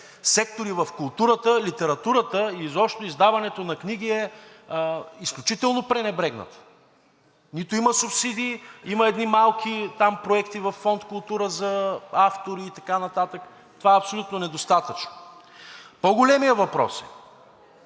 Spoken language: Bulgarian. сектори в културата, литературата, изобщо издаването на книги е изключително пренебрегнат. Нито има субсидии, има едни малки проекти във Фонд „Култура“ за автори и така нататък, това е абсолютно недостатъчно. По-големият въпрос е